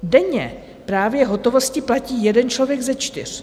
Denně právě v hotovosti platí jeden člověk ze čtyř.